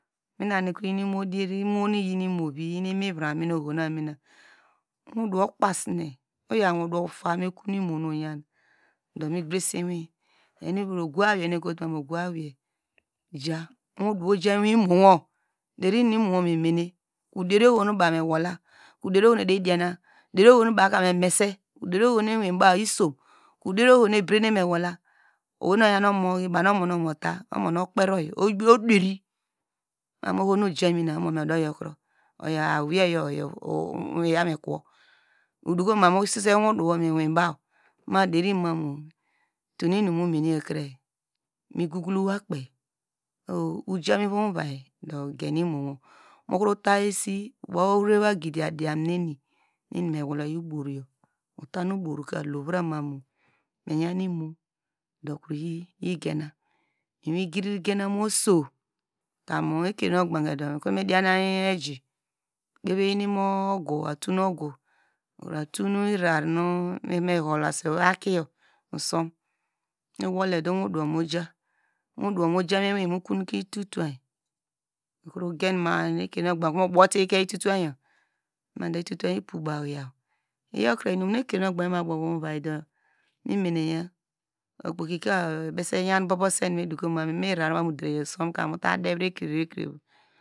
Mina nu okro ye imodier imonu eyen imovrimii viram, owioduwo ufa mu ekon imonoyen do migrese iwin, oyo nu ivor ogo awei nu ekoto ogoawei owudu wo ojam miyimowo, deri inum no imowo me mene, kro deri ohonu baw mewola, deri ohonu ediyi diana derioho nu baw memese, deri ohonu iwinbaw isom, kro deri oho nu ebede mewola, owenu oyan omo, bawnu omonu muta okperioyi, oderi maoyl nu ojamine omome odoyoko ru oyo awernesi, mi yaw mikowa, usesen owuduwo miwinba, ma derimamu tonuinu mumene yor kre migoglowakpe, mu gamu ivom uvai do gen imowu, mokrata esi bow orere va gidiyam diyam neni mu eni me woloyl oboroyo, utan oboroka lovra mamu oyan imo, miwigriri genam oso, kam ekreno oqbanke do mekreme dianany meji, me kpevinu imo ogu, atun ogu imo irara nu evomo holase akiyo, usom, uwodowu mu jumuiwin, mu konke ututum mokro gen ma- a, ekrono ogbanke mu botike ututayor ma do itotany yo madu ipobawya iyowkre inun nu mabow muva do me menaya okpoki ka ebose yan bobosen imirara nu ovamu der usom ka muta devri ekrevo ekrevo.